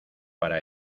para